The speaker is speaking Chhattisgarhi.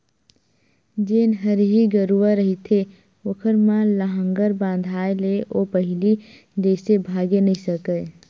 जेन हरही गरूवा रहिथे ओखर म लांहगर बंधाय ले ओ पहिली जइसे भागे नइ सकय